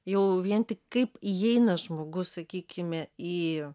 jau vien tik kaip įeina žmogus sakykime į